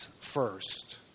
first